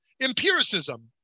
empiricism